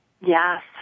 Yes